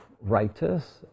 writers